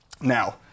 Now